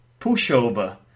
pushover